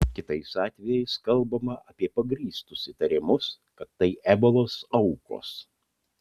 kitais atvejais kalbama apie pagrįstus įtarimus kad tai ebolos aukos